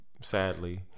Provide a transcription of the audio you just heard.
sadly